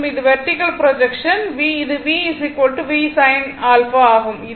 மற்றும் இது vertical projection இது V V sin α ஆகும்